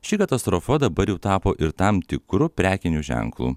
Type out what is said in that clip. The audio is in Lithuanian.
ši katastrofa dabar jau tapo ir tam tikru prekiniu ženklu